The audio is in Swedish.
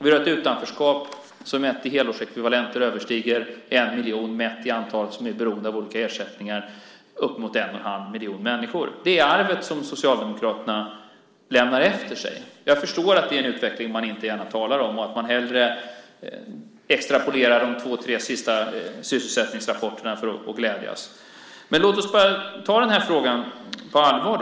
Vi har ett utanförskap som mätt i helårsekvivalenter överstiger en miljon mätt i antalet människor som är beroende av olika ersättningar. Det är uppemot en och en halv miljon människor. Det är arvet som Socialdemokraterna lämnar efter sig. Jag förstår att det är en utveckling som man inte gärna talar om och att man hellre extrapolerar de två tre sista sysselsättningsrapporterna för att glädjas. Men låt oss ta denna fråga på allvar.